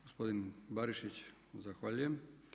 Gospodin Barišić zahvaljujem.